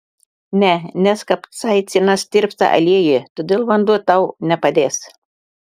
ne nes kapsaicinas tirpsta aliejuje todėl vanduo tau nepadės